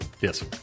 Yes